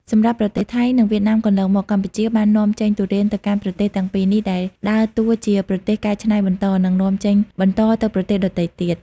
សម្រាប់ប្រទេសថៃ និងវៀតណាមកន្លងមក កម្ពុជាបាននាំចេញទុរេនទៅកាន់ប្រទេសទាំងពីរនេះ ដែលដើរតួជាប្រទេសកែច្នៃបន្ត និងនាំចេញបន្តទៅប្រទេសដទៃទៀត។